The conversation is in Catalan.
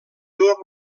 dur